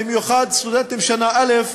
במיוחד סטודנטים שנה א',